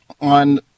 on